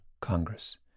Congress